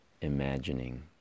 imagining